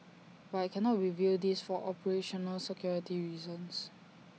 but I cannot reveal this for operational security reasons